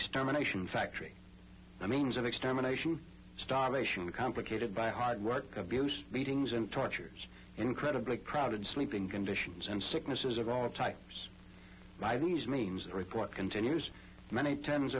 extermination factory i means of extermination starvation complicated by hard work abuse beatings and tortures incredibly crowded sleeping conditions and sicknesses of all types by these means the report continues many tens